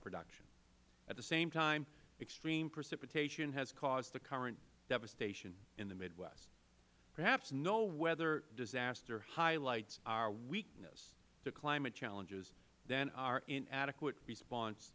production at the same time extreme precipitation has caused the current devastation in the midwest perhaps no weather disaster highlights or weakness to climate challenges than our inadequate response